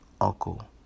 uncle